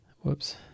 whoops